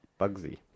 Bugsy